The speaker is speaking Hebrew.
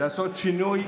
לעשות שינוי,